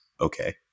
okay